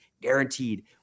guaranteed